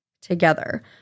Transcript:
together